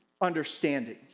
understanding